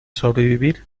sobrevivir